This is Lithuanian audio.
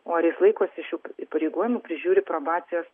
o ar jis laikosi šių įpareigojimų prižiūri probacijos